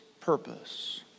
purpose